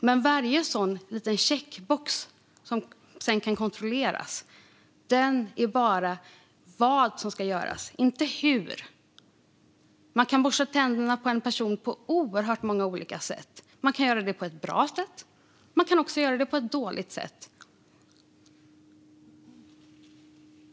Men varje sådan liten checkbox som kan kontrolleras är bara vad som ska göras och inte hur . Man kan borsta tänderna på en person på oerhört många olika sätt. Man kan göra det på ett bra sätt, och man kan också göra det på ett dåligt sätt.